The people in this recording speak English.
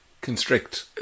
constrict